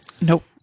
Nope